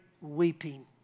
weeping